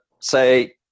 say